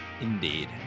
indeed